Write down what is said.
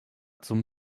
zum